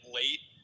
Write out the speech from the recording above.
late